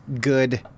good